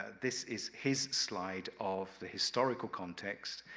ah this is his slide of the historical context.